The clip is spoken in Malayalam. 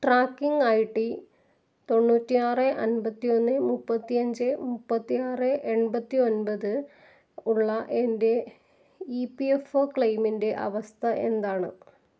ട്രാക്കിംഗ് ഐ ഡി തൊണ്ണൂറ്റി ആറ് അമ്പത്തി ഒന്ന് മുപ്പത്തി അഞ്ച് മുപ്പത്തി ആറ് എൺപത്തി ഒമ്പത് ഉള്ള എൻ്റെ ഇ പി എഫ് ഒ ക്ലെയിമിൻ്റെ അവസ്ഥ എന്താണ്